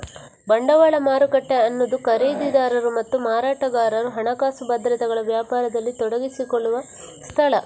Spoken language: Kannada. ಬಂಡವಾಳ ಮಾರುಕಟ್ಟೆ ಅನ್ನುದು ಖರೀದಿದಾರರು ಮತ್ತು ಮಾರಾಟಗಾರರು ಹಣಕಾಸು ಭದ್ರತೆಗಳ ವ್ಯಾಪಾರದಲ್ಲಿ ತೊಡಗಿಸಿಕೊಳ್ಳುವ ಸ್ಥಳ